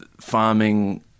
farming